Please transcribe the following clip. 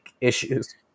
issues